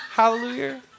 Hallelujah